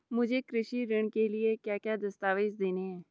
मुझे कृषि ऋण के लिए क्या क्या दस्तावेज़ देने हैं?